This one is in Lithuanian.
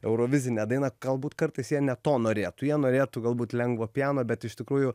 eurovizinę dainą galbūt kartais jie ne to norėtų jie norėtų galbūt lengvo piano bet iš tikrųjų